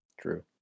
True